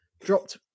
dropped